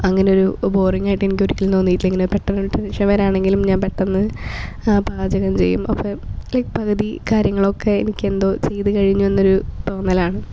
അങ്ങനൊരു ബോറിങ്ങായിട്ട് എനിക്കൊരിക്കലും തോന്നിയിട്ടില്ലിങ്ങനെ പെട്ടന്ന് പെട്ടന്ന് വിഷമകരമാണെങ്കിലും ഞാൻ പെട്ടന്ന് പാചകം ചെയ്യും അപ്പം പകുതി കാര്യങ്ങളൊക്കെ എനിക്കെന്തോ ചെയ്ത് കഴിഞ്ഞെന്നൊരു തോന്നലാണ്